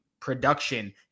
production